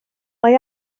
mae